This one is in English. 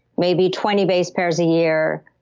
maybe twenty base pairs a year,